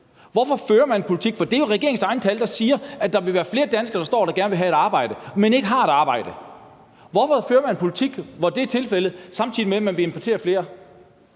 stiger den med knap 35 pct. Det er jo regeringens egne tal, der siger, at der vil være flere danskere, der gerne vil have et arbejde, men ikke har et arbejde. Hvorfor fører man en politik, hvor det er tilfældet, samtidig med at man vil importere flere?